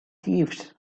chiefs